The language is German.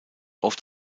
oft